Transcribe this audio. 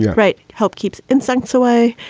right. help keeps insects away.